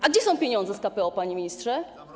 A gdzie są pieniądze z KPO, panie ministrze?